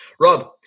Rob